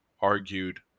argued